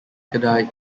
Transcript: kedai